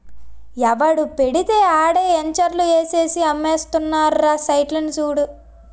ఎవడు పెడితే ఆడే ఎంచర్లు ఏసేసి అమ్మేస్తున్నారురా సైట్లని చూడు